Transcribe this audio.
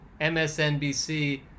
MSNBC